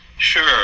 Sure